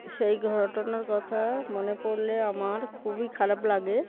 সেই ঘটনার কথা মনে পড়লে আমার খুবই খারাপ লাগে